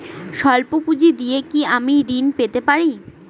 সল্প পুঁজি দিয়ে কি আমি ঋণ পেতে পারি?